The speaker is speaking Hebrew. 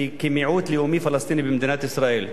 כמיעוט לאומי פלסטיני במדינת ישראל.